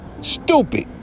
stupid